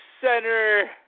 center